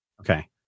okay